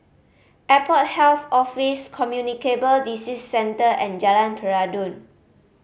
Airport Health Office Communicable Disease Centre and Jalan Peradun